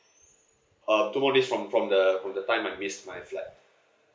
um two more days from from the from the time I missed my flight